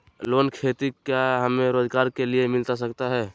Loan खेती क्या हमें रोजगार के लिए मिलता सकता है?